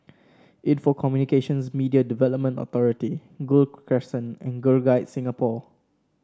Info Communications Media Development Authority Gul Crescent and Girl Guides Singapore